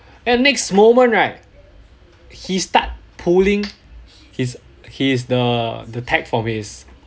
and next moment right he start pulling his his the the tag from his